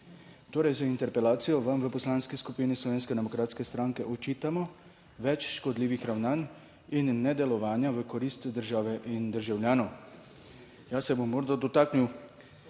Torej, z interpelacijo vam v Poslanski skupini Slovenske demokratske stranke očitamo več škodljivih ravnanj in nedelovanja v korist države in državljanov. Jaz se bom morda dotaknil